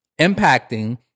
impacting